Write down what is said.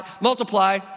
Multiply